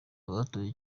batoye